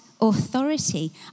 authority